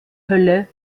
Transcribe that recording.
hölle